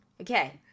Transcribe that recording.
Okay